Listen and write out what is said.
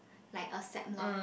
like accept lor